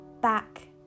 back